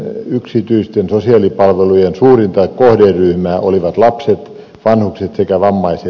kolme yksityisten sosiaalipalvelujen suurinta kohderyhmää olivat lapset vanhukset sekä vammaiset